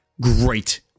great